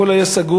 הכול היה סגור,